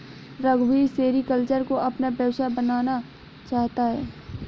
रघुवीर सेरीकल्चर को अपना व्यवसाय बनाना चाहता है